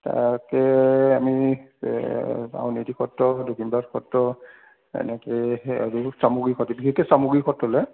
তাকে আমি আউনীআটী সত্ৰ দক্ষিণপাট সত্ৰ এনেকৈ সেয়া চামগুৰি সত্ৰ বিশেষকৈ চামগুৰি সত্ৰলৈ